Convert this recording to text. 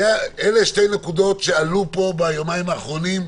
אלו שתי נקודות שעלו פה ביומיים האחרונים,